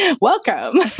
Welcome